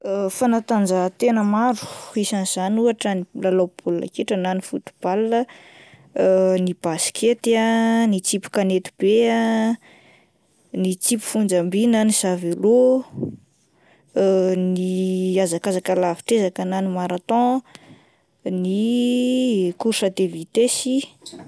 Fanatanjahatena maro isan'izany ohatra ny lalao baolina kitra na ny football, ny basikety ah ,ny tsipy kanety be ah, ny tsipy fonjam-by na ny javelot, ny hazakazaka lavitr'ezaka na ny marathon, ny korsa de vitesy.